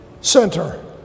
center